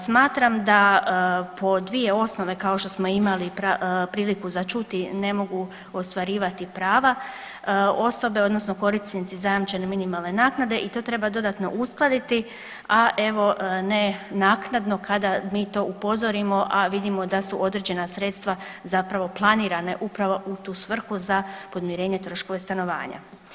Smatram da po dvije osnove kao što smo imali priliku za čuti ne mogu ostvarivati prava osobe odnosno korisnici zajamčene minimalne naknade i to treba dodatno uskladiti, a evo ne naknadno kada mi to upozorimo, a vidimo da su određena sredstva zapravo planirane upravo u tu svrhu za podmirenje troškova stanovanja.